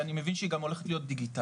ואני מבין שהיא גם הולכת להיות דיגיטלית,